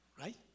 Right